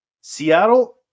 Seattle